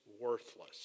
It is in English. worthless